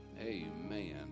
amen